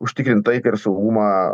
užtikrint taiką ir saugumą